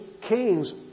kings